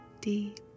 deep